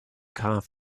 coffee